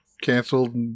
canceled